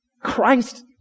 Christ